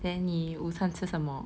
then 你午餐吃什么